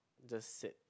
just sit